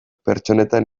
pertsonetan